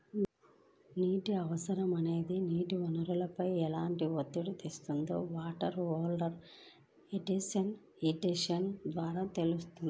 నీటి అవసరం అనేది నీటి వనరులపై ఎలా ఒత్తిడి తెస్తుందో వాటర్ ఓవర్ ఎక్స్ప్లాయిటేషన్ ద్వారా తెలుస్తుంది